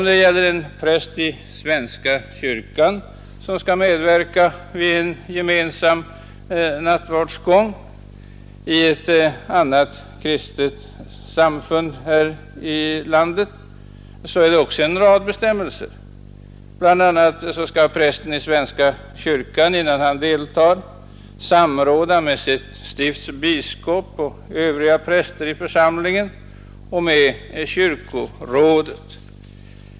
För att en präst i svenska kyrkan skall få medverka vid en gemensam nattvardsgång i ett annat kristet samfund här i landet gäller också en rad bestämmelser. BI. a. skall prästen i svenska kyrkan innan han deltar samråda med sitt stifts biskop, med övriga präster i församlingen och med kyrkorådet.